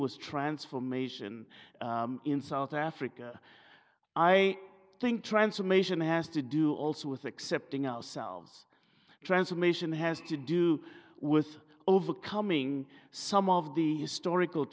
was transformation in south africa i think transformation has to do also with accepting ourselves transformation has to do with overcoming some of the historical